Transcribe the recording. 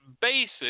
basic